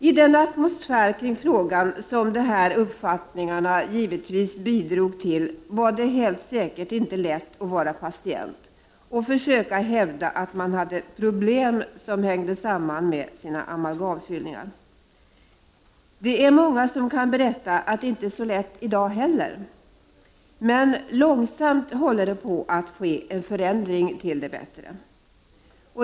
I den atmosfär kring frågan som de här uppfattningarna givetvis bidrog till var det helt säkert inte lätt att vara patient och försöka hävda att man hade problem som hängde samman med amalgamfyllningarna. Det är många som kan berätta att det inte är så lätt i dag heller, men långsamt håller det på att ske en förändring till det bättre.